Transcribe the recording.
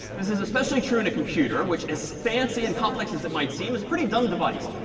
this is especially true in a computer, which as fancy and complex as it might seem, is a pretty dumb device.